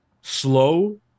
slow